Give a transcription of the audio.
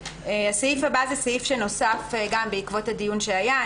הסעיף הבא הוא סעיף שנוסף גם בעקבות הדיון שהיה.